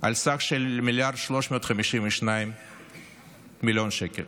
על סך 1.352 מיליארד שקל,